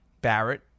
Barrett